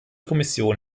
kommission